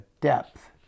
depth